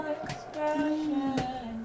expression